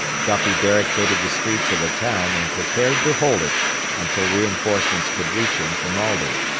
duffie barricaded the streets of the town and prepared to hold it until reinforcements could reach him from aldie,